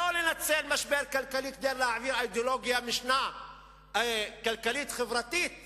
לא לנצל משבר כלכלי כדי להעביר אידיאולוגיה כלכלית חברתית